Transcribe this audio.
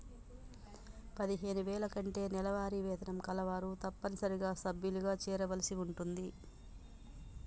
పదిహేను వేల కంటే నెలవారీ వేతనం కలవారు తప్పనిసరిగా సభ్యులుగా చేరవలసి ఉంటుంది